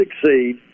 succeed